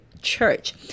church